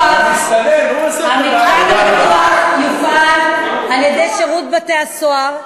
המתקן הפתוח יופעל על-ידי שירות בתי-הסוהר,